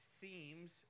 seems